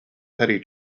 petty